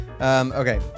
Okay